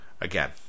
again